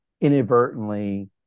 inadvertently